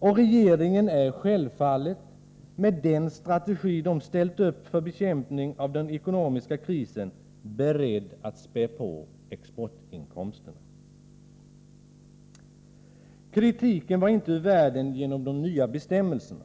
Även regeringen är självfallet, med den strategi den ställt upp för bekämpning av den ekonomiska krisen, beredd att späda på exportinkomsterna. Kritiken var inte ur världen genom de nya bestämmelserna.